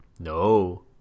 No